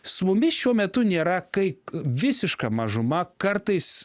su mumis šiuo metu nėra kaip visiška mažuma kartais